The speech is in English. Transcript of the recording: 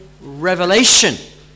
revelation